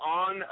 on